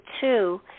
two